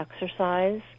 exercise